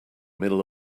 middle